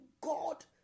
God